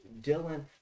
Dylan